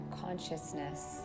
consciousness